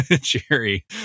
Jerry